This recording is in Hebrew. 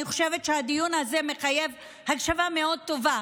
אני חושבת שהדיון הזה מחייב הקשבה מאוד טובה.